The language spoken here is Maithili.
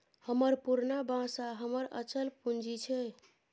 हमर पुरना बासा हमर अचल पूंजी छै